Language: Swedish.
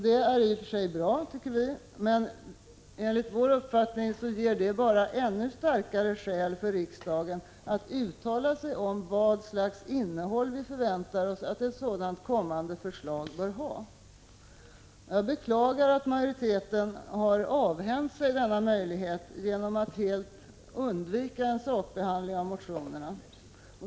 Det är i och för sig bra, tycker vi, men enligt vår uppfattning ger det bara ännu starkare skäl för riksdagen att uttala sig om vad slags innehåll vi förväntar oss att ett sådant kommande förslag bör ha. Jag beklagar att majoriteten i utskottet har avhänt sig denna möjlighet genom att helt undvika en sakbehandling av motionerna.